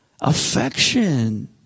affection